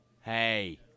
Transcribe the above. Hey